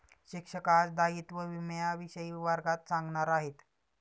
शिक्षक आज दायित्व विम्याविषयी वर्गात सांगणार आहेत